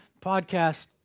podcast